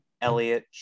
Elliot